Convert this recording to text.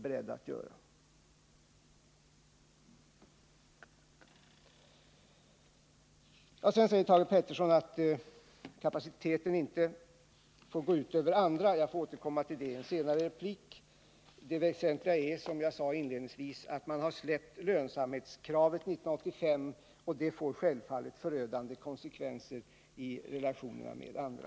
Sedan säger Thage Peterson att kapaciteten inte får gå ut över andra. Jag får återkomma till det i en senare replik. Det väsentliga är vad jag sade inledningsvis: Man har släppt kravet på lönsamhet 1985, och detta får självfallet förödande konsekvenser i relationerna med andra.